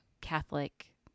Catholic